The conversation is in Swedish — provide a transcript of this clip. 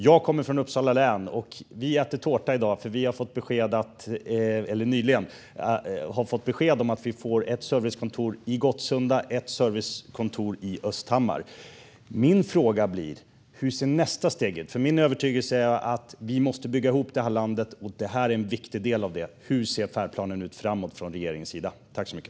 Jag kommer från Uppsala län, och vi äter tårta i dag eftersom vi nyligen fick besked om att vi får ett servicekontor i Gottsunda och ett i Östhammar. Min fråga är hur nästa steg ser ut. Det är min övertygelse att vi måste bygga ihop landet, och det här är en viktig del i det. Hur ser regeringens färdplan framåt ut?